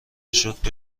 شد، به